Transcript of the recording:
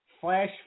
Flash